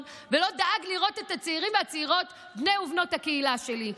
ולא דאג לראות את הצעירים והצעירות בני ובנות הקהילה שלי.